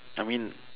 I mean